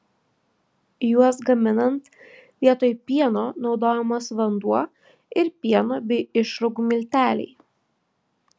juos gaminant vietoj pieno naudojamas vanduo ir pieno bei išrūgų milteliai